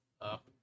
up